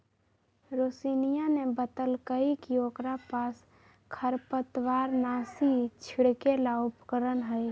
रोशिनीया ने बतल कई कि ओकरा पास खरपतवारनाशी छिड़के ला उपकरण हई